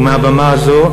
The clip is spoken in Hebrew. ומהבמה הזאת,